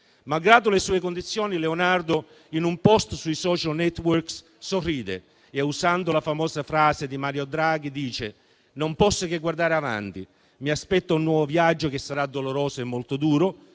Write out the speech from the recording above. Malgrado le sue condizioni Leonardo, in un *post* sui *social network* sorride e, usando la famosa frase di Mario Draghi, dice: «Non posso che guardare avanti. Mi aspetta un nuovo viaggio, che sarà doloroso e molto duro.